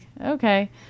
Okay